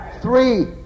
three